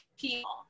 people